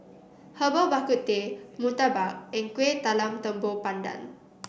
Herbal Bak Ku Teh murtabak and Kuih Talam Tepong Pandan